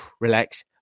relax